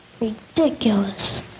Ridiculous